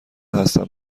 هستم